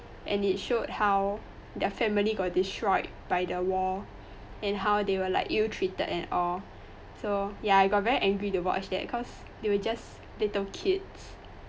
and it showed how their family got destroyed by the war and how they were like ill-treated and all so ya I got very angry to watch that because they were just little kids